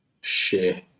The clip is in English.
share